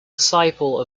disciple